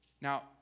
Now